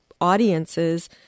audiences